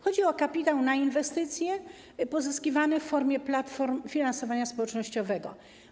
Chodzi o kapitał na inwestycje pozyskiwany w formie platform finansowania społecznościowego.